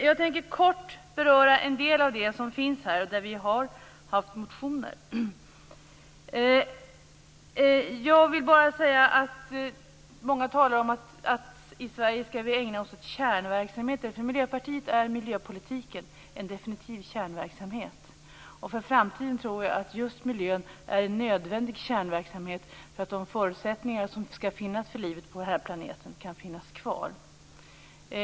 Jag tänker kort beröra en del av det som tas upp här och där vi har haft motioner. Många talar om att vi i Sverige skall ägna oss åt kärnverksamheter. För Miljöpartiet är miljöpolitiken en definitiv kärnverksamhet. För framtiden tror jag att just miljön är en nödvändig kärnverksamhet för att de förutsättningar som skall finnas för livet på den här planeten skall finnas kvar.